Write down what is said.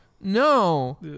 No